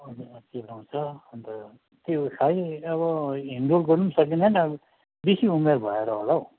अनुहार चिलाउँछ अन्त त्यो खै अब हिँडडुल गर्नु पनि सकिँदैन अब बेसी उमेर भएर होला हौ